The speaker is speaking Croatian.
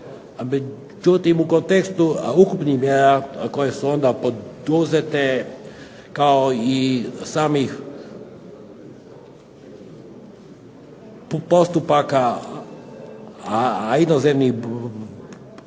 Međutim, u kontekstu ukupnih mjera koje su onda poduzete kao i samih postupaka inozemnih banaka